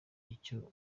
icyo